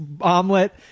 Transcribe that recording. omelet